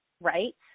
right